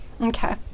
Okay